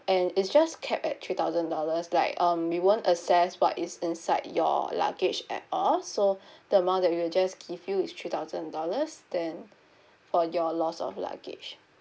and it's just capped at three thousand dollars like um we won't assess what is inside your luggage at all so the amount that we will just give you is three thousand dollars then for your loss of luggage